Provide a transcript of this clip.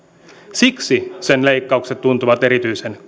siksi sen leikkaukset tuntuvat erityisen